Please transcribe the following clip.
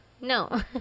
No